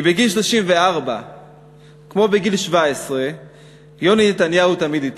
כי בגיל 34 כמו בגיל 17 יוני נתניהו תמיד אתי.